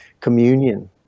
communion